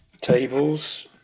tables